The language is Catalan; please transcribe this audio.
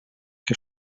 que